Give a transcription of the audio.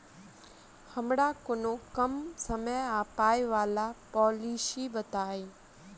हमरा कोनो कम समय आ पाई वला पोलिसी बताई?